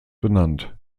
benannt